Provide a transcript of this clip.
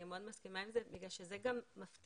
אני מאוד מסכימה עם זה בגלל שזה גם מפתח